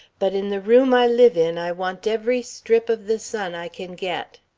but in the room i live in i want every strip of the sun i can get.